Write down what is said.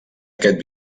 aquest